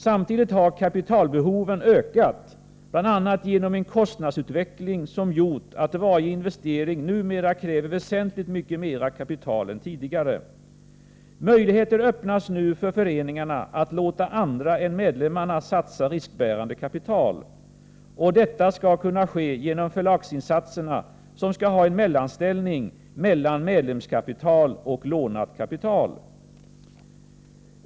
Kapitalbehoven har hela tiden ökat, bl.a. genom den kostnadsutveckling som gjort att varje investering numera kräver väsentligt mycket mera kapital än tidigare. Möjligheter öppnas nu för föreningarna att låta andra än medlemmarna satsa riksbärande kapital. Detta skall kunna ske genom förlagsinsatserna, som skall ha en mellanställning mellan medlemskapital och lånat kapital.